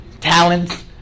talents